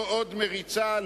לא עוד מריצה,